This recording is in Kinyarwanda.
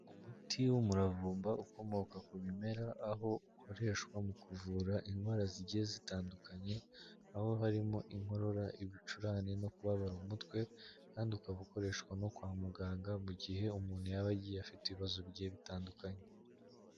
Umuti w'umuravumba ukomoka ku bimera aho ukoreshwa mu kuvura indwara zigiye zitandukanye aho harimo inkorora, ibicurane no kubabara umutwe kandi ukaba ukoreshwa no kwa muganga mu gihe umuntu yaba agiye afite ibibazo bigiye bitandukanye.